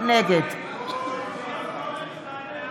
שנת צוהריים.